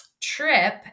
trip